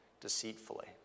deceitfully